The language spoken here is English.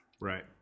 Right